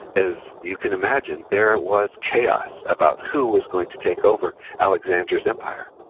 as you can imagine, there was chaos about who was going to take over alexander's empire